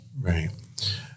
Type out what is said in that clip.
Right